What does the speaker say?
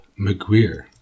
McGuire